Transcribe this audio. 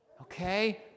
okay